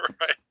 Right